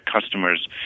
customers